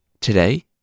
Today